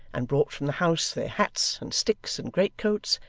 and brought from the house their hats, and sticks, and greatcoats,